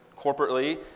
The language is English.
corporately